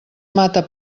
mata